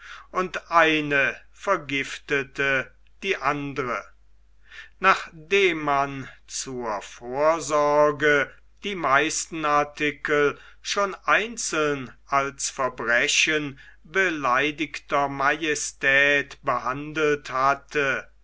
und eine vergiftete die andere nachdem man zur vorsorge die meisten artikel schon einzeln als verbrechen beleidigter majestät behandelt hatte